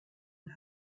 and